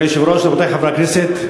אדוני היושב-ראש, רבותי חברי הכנסת,